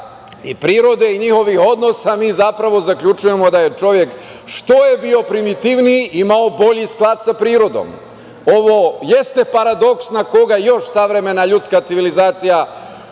i prirode i njihovih odnosa, mi zapravo zaključujemo da je čovek, što je bio primitivniji, imao bolji sklad sa prirodom. Ovo jeste paradoks na koga još savremena ljuska civilizacija,